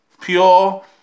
pure